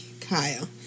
Kyle